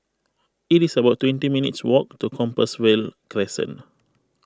it is about twenty minutes' walk to Compassvale Crescent